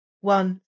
one